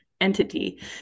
entity